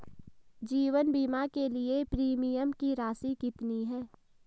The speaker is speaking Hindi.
जीवन बीमा के लिए प्रीमियम की राशि कितनी है?